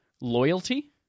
loyalty